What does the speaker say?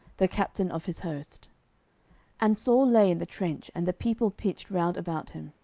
the captain of his host and saul lay in the trench, and the people pitched round about him